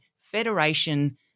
federation